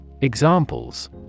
Examples